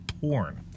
porn